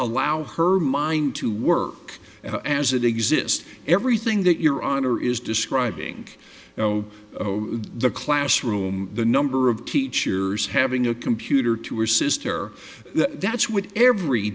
allow her mind to work as it exists everything that your honor is describing you know the classroom the number of teachers having a computer to her sister that's with every